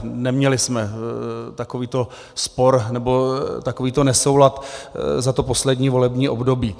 Neměli jsme takovýto spor nebo takovýto nesoulad za poslední volební období.